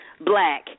black